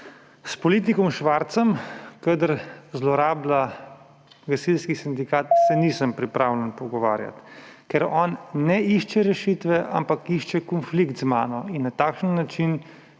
S politikom Švarcem, kadar zlorablja gasilski sindikat, se nisem pripravljen pogovarjati, ker on ne išče rešitve, ampak išče konflikt z mano in na takšen način